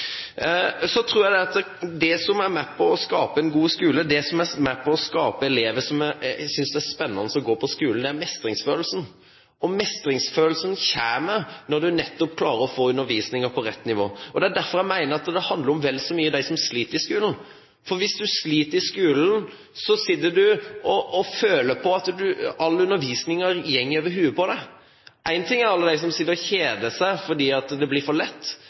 Så tror jeg at det som er med på å skape en god skole, det som er med på å skape elever som synes det er spennende å gå på skolen, er mestringsfølelsen, og mestringsfølelsen kommer når du nettopp klarer å få undervisningen på rett nivå. Det er derfor jeg mener at det handler vel så mye om dem som sliter i skolen. For hvis du sliter i skolen, sitter du og føler på at all undervisning går over hodet på deg. En ting er alle de som sitter og kjeder seg fordi det blir for lett,